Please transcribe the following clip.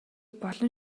болно